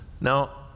Now